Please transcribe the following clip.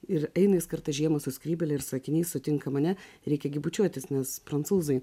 ir eina jis kartą žiemą su skrybėle ir su akiniais sutinka mane reikia gi bučiuotis nes prancūzai